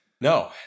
No